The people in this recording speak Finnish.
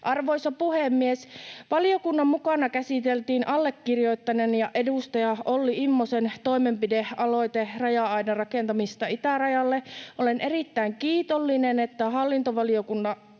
Arvoisa puhemies! Valiokunnassa käsiteltiin myös allekirjoittaneen ja edustaja Olli Immosen toimenpidealoite raja-aidan rakentamisesta itärajalle. Olen erittäin kiitollinen, että hallintovaliokunta